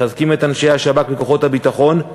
מחזקים את אנשי השב"כ וכוחות הביטחון,